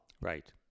Right